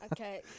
Okay